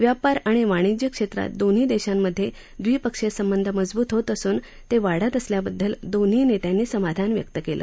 व्यापार आणि वाणिज्य क्षेत्रात दोन्ही देशांमधे द्विपक्षीय संबंध मजबूत होत असून वाढत असल्याबद्दल दोन्ही नेत्यांनी समाधान व्यक्त केलं